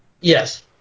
Yes